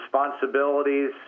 responsibilities